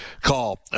call